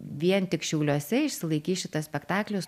vien tik šiauliuose išsilaikys šitas spektaklis